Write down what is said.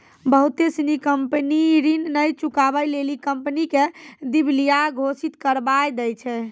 बहुते सिनी कंपनी ऋण नै चुकाबै लेली कंपनी के दिबालिया घोषित करबाय दै छै